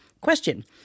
question